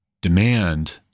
demand